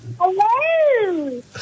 Hello